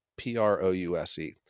P-R-O-U-S-E